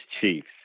chiefs